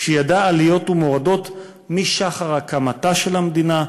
שידע עליות ומורדות משחר הקמתה של המדינה,